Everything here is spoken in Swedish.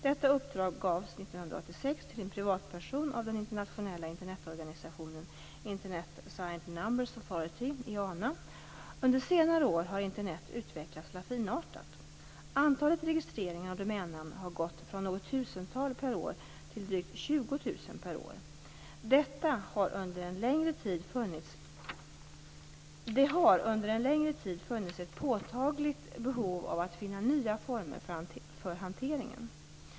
Detta uppdrag gavs 1986 till en privatperson av den internationella Internetorganisationen Internet Assigned Numbers Authority . Under senare år har Internet utvecklats lavinartat. Antalet registreringar av domännamn har ökat från något tusental per år till drygt 20 000 per år. Det har under en längre tid funnits ett påtagligt behov av att finna nya former för hanteringen.